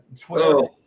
Twitter